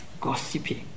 gossiping